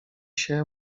się